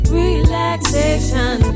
relaxation